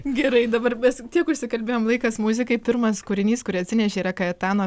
gerai dabar mes tiek užsikalbėjom laikas muzikai pirmas kūrinys kurį atsinešei yra kajatano